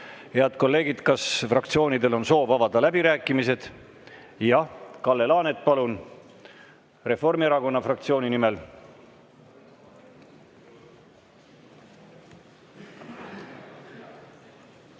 Head kolleegid, kas fraktsioonidel on soov avada läbirääkimised? Jah, Kalle Laanet, palun, Reformierakonna fraktsiooni nimel!